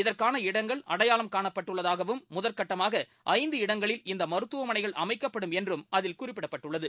இதற்கான இடங்கள் அடையாளம் காணப்பட்டுள்ளதாகவும் முதல் கட்டமாக ஐந்து இடங்களில் இந்த மருத்துவமனைகள் அமைக்கப்படும் என்றும் அதில் குறிப்பிடப்பட்டுள்ளது